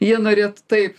jie norėtų taip